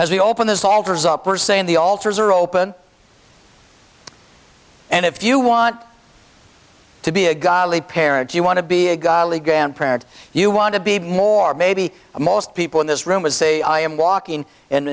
as we open this altars up or say in the altars are open and if you want to be a godly parent you want to be a godly grandparent you want to be more maybe most people in this room would say i am walking and